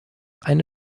eine